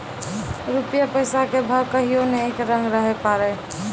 रूपया पैसा के भाव कहियो नै एक रंग रहै पारै